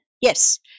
yes